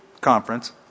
conference